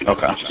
Okay